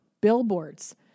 Billboards